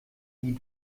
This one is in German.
die